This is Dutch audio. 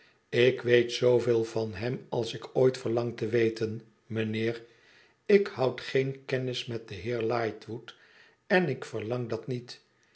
ik weet zooveel van hem als ik ooit verlang te weten mijnheer ik hond geen kennis met den heer lightwood en ik verlang dat niet